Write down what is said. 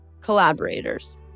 collaborators